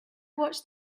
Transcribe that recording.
watched